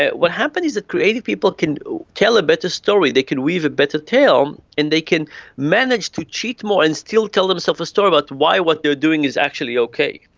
what happens is that creative people can tell a better story, they can weave a better tale and they can manage to cheat more and still tell themselves a story about why what they are doing is actually okay.